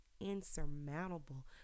insurmountable